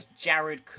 Jared